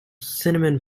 cinnamon